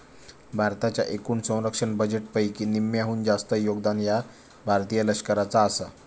भारताच्या एकूण संरक्षण बजेटपैकी निम्म्याहून जास्त योगदान ह्या भारतीय लष्कराचा आसा